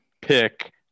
pick